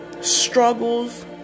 struggles